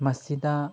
ꯃꯁꯤꯗ